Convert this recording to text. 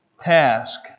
task